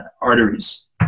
arteries